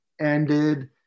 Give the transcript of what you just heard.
ended